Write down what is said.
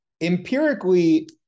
empirically